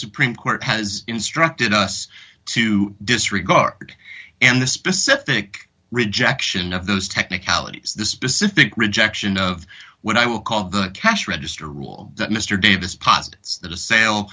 supreme court has instructed us to disregard and the specific rejection of those technicalities the specific rejection of what i would call good cash register rule that mr davis posits that a sale